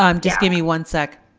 um just gimme one sec.